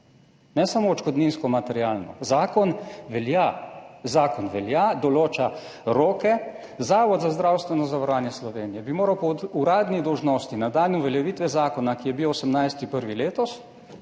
Ne samo odškodninsko, materialno. Zakon velja, določa roke. Zavod za zdravstveno zavarovanje Slovenije bi moral po uradni dolžnosti na dan uveljavitve zakona, ki je bil 18. 1. letos,